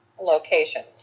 location